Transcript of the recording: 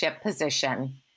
position